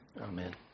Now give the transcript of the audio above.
Amen